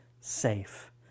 safe